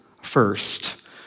first